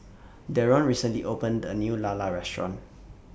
Deron recently opened A New Lala Restaurant